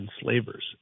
enslavers